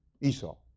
Esau